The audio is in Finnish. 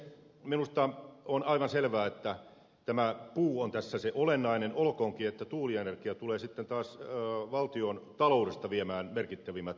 minusta on aivan selvää että tämä puu on tässä se olennainen olkoonkin että tuulienergia tulee sitten taas valtion taloudesta viemään merkittävimmät tukieurot